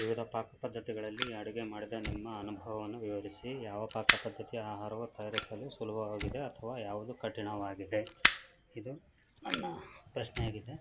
ವಿವಿಧ ಪಾಕ ಪದ್ಧತಿಗಳಲ್ಲಿ ಅಡುಗೆ ಮಾಡಿದ ನಿಮ್ಮ ಅನುಭವವನ್ನು ವಿವರಿಸಿ ಯಾವ ಪಾಕ ಪದ್ಧತಿಯ ಆಹಾರವು ತಯಾರಿಸಲು ಸುಲಭವಾಗಿದೆ ಅಥವಾ ಯಾವುದು ಕಠಿಣವಾಗಿದೆ ಇದು ನನ್ನ ಪ್ರಶ್ನೆಯಾಗಿದೆ